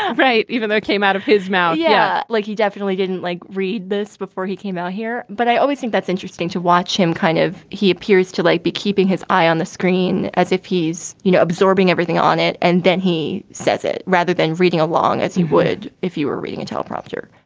right. even though it came out of his mouth. yeah. like he definitely didn't, like, read this before he came out here. but i always think that's interesting to watch him kind of he. here's to late like be keeping his eye on the screen as if he's you know absorbing everything on it and then he says it rather than reading along as he would if you were reading a teleprompter